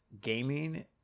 gaming